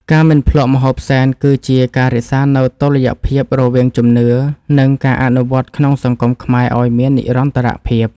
ការមិនភ្លក្សម្ហូបសែន គឺជាការរក្សានូវតុល្យភាពរវាងជំនឿ និងការអនុវត្តក្នុងសង្គមខ្មែរឱ្យមាននិរន្តរភាព។